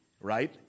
right